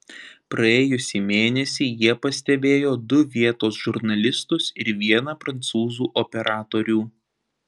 praėjusį mėnesį jie pastebėjo du vietos žurnalistus ir vieną prancūzų operatorių